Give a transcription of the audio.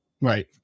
Right